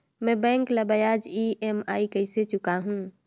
मैं बैंक ला ब्याज ई.एम.आई कइसे चुकाहू?